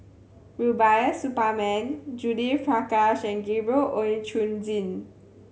Rubiah Suparman Judith Prakash and Gabriel Oon Chong Jin